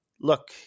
look